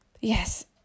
Yes